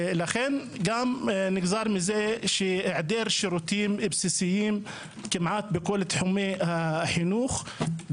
לכן גם נגזר מזה היעדר שירותים בסיסיים כמעט בכל תחומי החיים חינוך,